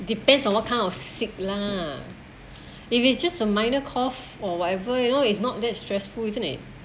depends on what kind of sick lah if it's just a minor cough or whatever you know it's not that stressful isn't it